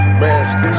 mask